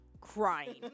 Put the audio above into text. crying